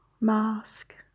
mask